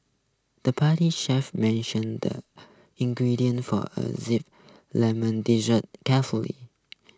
the pastry chef measured the ingredients for a Zesty Lemon Dessert carefully